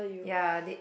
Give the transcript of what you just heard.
ya they